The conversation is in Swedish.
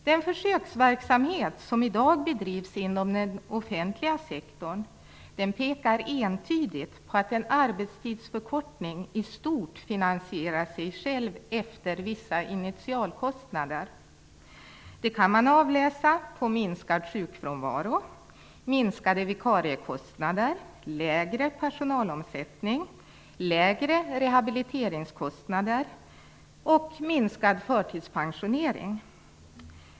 Den försöksverksamhet som i dag bedrivs inom den offentliga sektorn pekar entydigt på att en arbetstidsförkortning i stort finansierar sig själv efter vissa initialkostnader. Det kan man avläsa på minskad sjukfrånvaro, minskade vikariekostnader, lägre personalomsättning, lägre rehabiliteringskostnader och minskad förtidspensionering.